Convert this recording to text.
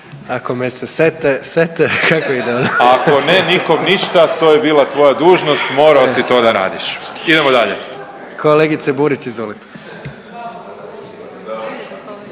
Ako me se sete, sete, kako ide ono? .../Upadica: Ako ne, nikom ništa, to je bila tvoja dužnost, morao si to da radiš. Idemo dalje./... Kolegice Burić, izvolite.